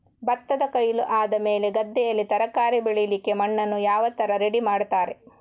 ಭತ್ತದ ಕೊಯ್ಲು ಆದಮೇಲೆ ಗದ್ದೆಯಲ್ಲಿ ತರಕಾರಿ ಬೆಳಿಲಿಕ್ಕೆ ಮಣ್ಣನ್ನು ಯಾವ ತರ ರೆಡಿ ಮಾಡ್ತಾರೆ?